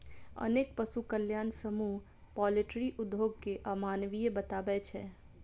अनेक पशु कल्याण समूह पॉल्ट्री उद्योग कें अमानवीय बताबै छै